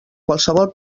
qualsevol